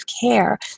care